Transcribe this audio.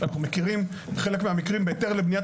אנחנו מכירים בחלק מהמקרים בהיתר לבניית